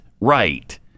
right